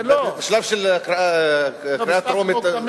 בשלב של קריאה טרומית,